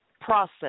process